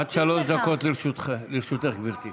עד שלוש דקות לרשותך, גברתי.